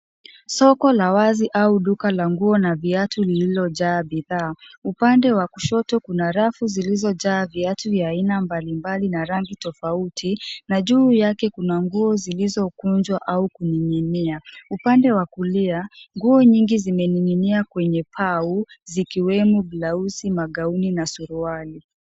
Soko la wazi au duka la nguo na viatu lililojaa bidhaa. Upande wa kushoto kuna rafu zilizojaa viatu vya aina mbalimbali na rangi tofauti, na juu yake kuna nguo zilizokunjwa au kuning'inia. Upande wa kulia, nguo nyingi zimening'inia kwenye pau, zikiwemo blauzi, magauni na suruali.